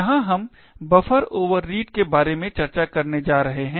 यहां हम buffer overread के बारे में चर्चा करने जा रहे हैं